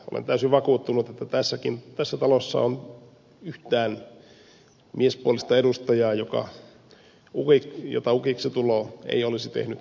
olen täysin vakuuttunut että tässä talossa ei ole yhtään miespuolista edustajaa jota ukiksi tulo ei olisi tehnyt hassuksi